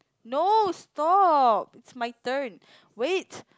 no stop it's my turn wait